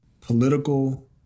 political